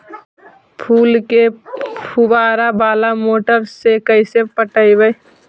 फूल के फुवारा बाला मोटर से कैसे पटइबै?